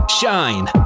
Shine